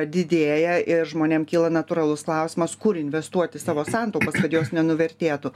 didėja ir žmonėm kyla natūralus klausimas kur investuoti savo santaupas kad jos nenuvertėtų